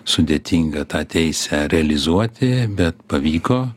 sudėtinga tą teisę realizuoti bet pavyko